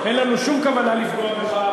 אין לנו שום כוונה לפגוע בך,